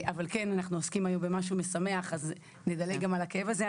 אבל אנחנו עוסקים היום במשהו משמח אז נדלג גם על הכאב הזה.